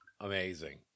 amazing